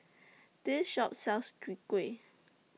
This Shop sells Chwee Kueh